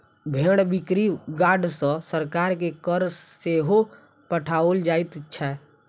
भेंड़ बिक्री यार्ड सॅ सरकार के कर सेहो पठाओल जाइत छै